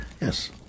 Yes